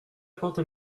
porte